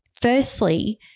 firstly